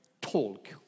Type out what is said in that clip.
talk